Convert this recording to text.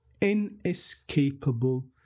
inescapable